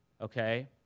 okay